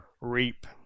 reap